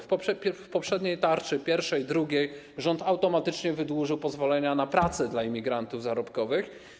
W poprzedniej tarczy, pierwszej, drugiej, rząd automatycznie wydłużył pozwolenia na pracę dla imigrantów zarobkowych.